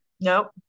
Nope